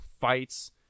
fights